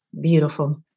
Beautiful